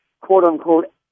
quote-unquote